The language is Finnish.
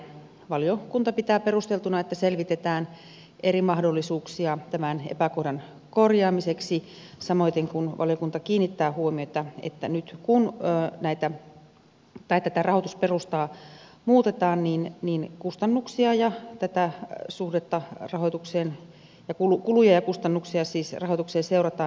valiokunta pitää perusteltuna että selvitetään eri mahdollisuuksia tämän epäkohdan korjaamiseksi samoiten kuin valiokunta kiinnittää huomiota että nyt kun tätä rahoitusperustaa muutetaan niin kustannuksien ja kulujen suhdetta rahoitukseen seurataan ja kulukuluja kustannuksia siis rahoituksen seurata